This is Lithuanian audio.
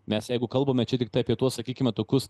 mes jeigu kalbame čia tiktai apie tuos sakykime tokius